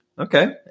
Okay